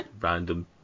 random